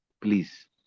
Please